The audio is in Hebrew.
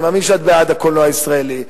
אני מאמין שאת בעד הקולנוע הישראלי.